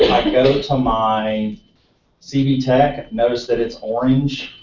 i go to my cvtech, notice that it's orange.